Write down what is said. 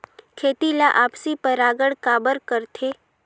खेती ला आपसी परागण काबर करथे?